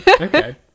okay